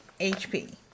HP